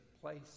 place